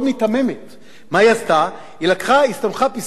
היא הסתמכה על פסקי-דין של בית-המשפט,